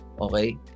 Okay